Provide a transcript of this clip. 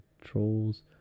trolls